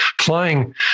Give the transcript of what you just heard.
flying